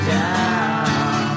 down